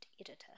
editor